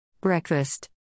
Breakfast